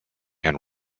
and